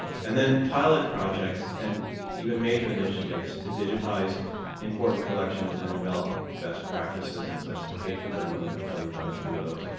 then pilot projects and even major initiatives to digitize important collections and develop best practices and specifications, and i'm going to tell you about a few of those.